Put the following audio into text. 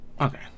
Okay